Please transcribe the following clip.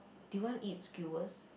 do you want eat skewers